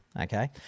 okay